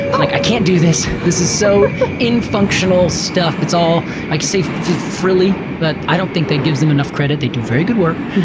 like, i can't do this, this is so in functional stuff, it's all, i could say frilly, but i don't think that gives them enough credit, they do very good work.